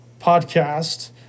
podcast